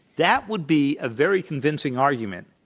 that would be a very convincing argument,